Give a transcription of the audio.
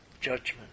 judgment